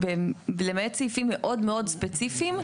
למעט סעיפים מאוד מאוד ספציפיים,